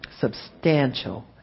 Substantial